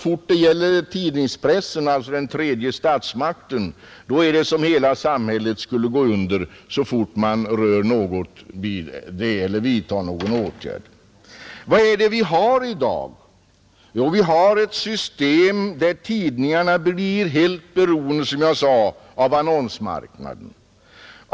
Jag vill dock påpeka att det är precis som om hela samhället skulle gå under så snart man vidtar någon åtgärd som gäller tidningspressen — den tredje statsmakten. Vad är det vi har i dag? Jo, som jag sade har vi ett system där tidningarna blir helt beroende av annonsmarknaden.